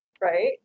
right